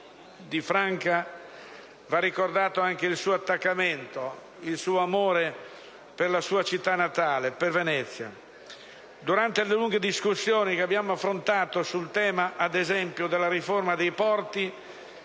Di Franca va ricordato anche l'attaccamento e l'amore per la sua città natale, per Venezia. Durante le lunghe discussioni che abbiamo avuto, ad esempio, sul tema della riforma dei porti,